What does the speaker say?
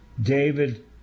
David